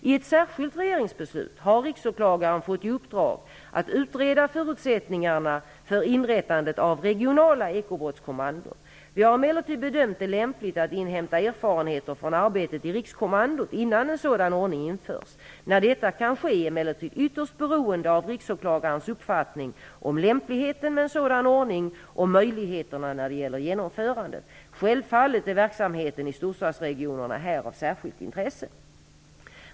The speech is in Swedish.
I ett särskilt regeringsbeslut har Riksåklagaren fått i uppdrag att utreda förutsättningarna för inrättandet av regionala ekobrottskommandon. Vi har emellertid bedömt det lämpligt att inhämta erfarenheter från arbetet i rikskommandot innan en sådan ordning införs. När detta kan ske är emellertid ytterst beroende av Riksåklagarens uppfattning om lämpligheten med en sådan ordning och möjlighterna när det gäller genomförandet. Självfallet är verksamheten i storstadsregionerna här av särskilt intresse.